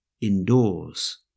indoors